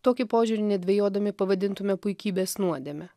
tokį požiūrį nedvejodami pavadintume puikybės nuodėme